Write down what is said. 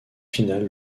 finale